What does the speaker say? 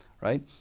right